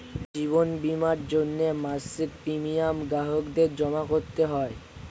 জীবন বীমার জন্যে মাসিক প্রিমিয়াম গ্রাহকদের জমা করতে হয়